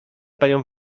panią